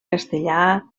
castellà